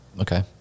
Okay